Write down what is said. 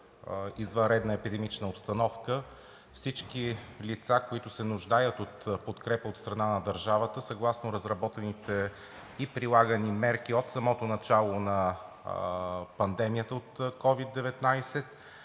извънредна епидемична обстановка всички лица, които се нуждаят от подкрепа от страна на държавата съгласно разработените и прилагани мерки от самото начало на пандемията от COVID-19,